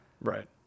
right